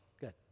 Good